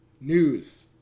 news